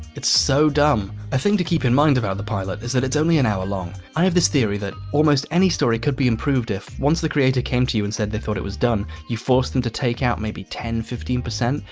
it's so dumb. a thing to keep in mind about the pilot is that it's only an hour long. i have this theory that almost any story could be improved if, once the creator came to you and said they thought it was done, you forced them to take out maybe ten, fifteen percent.